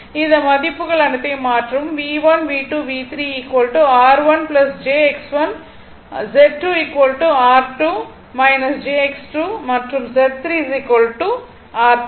இந்த மதிப்புகள் அனைத்தையும் மாற்றவும் V1 V2 V3 R1 jX1 Z2 r R2 jX2 மற்றும் Z3 R3